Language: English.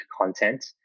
content